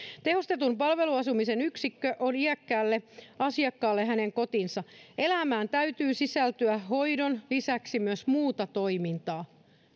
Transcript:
tehostetun palveluasumisen yksikkö on iäkkäälle asiakkaalle hänen kotinsa elämään täytyy sisältyä hoidon lisäksi myös muuta toimintaa